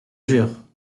jure